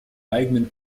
eigenen